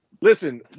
Listen